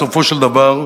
בסופו של דבר,